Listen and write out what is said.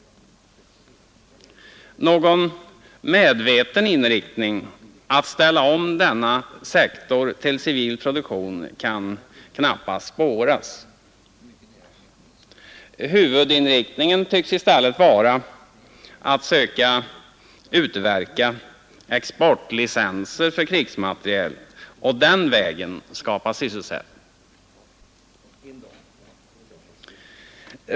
Någon medveten inriktning att ställa om denna sektor till civil produktion kan knappast spåras. Huvudinriktningen tycks i stället vara att söka utverka exportlicenser för krigsmateriel och den vägen skapa sysselsättning.